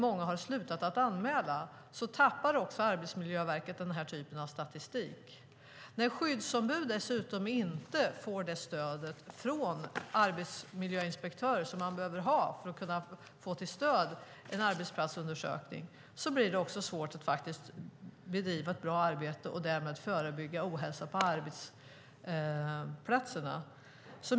Många har slutat att anmäla, och därmed tappar Arbetsmiljöverket den typen av statistik. När skyddsombuden dessutom inte får det stöd från arbetsmiljöinspektörerna som de behöver ha för att kunna få till stånd en arbetsplatsundersökning blir det svårt att bedriva ett bra arbete och därmed förebygga ohälsa på arbetsplatserna.